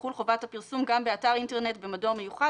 תחול חובת הפרסום גם באתר אינטרנט במדור מיוחד